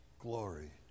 glory